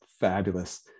fabulous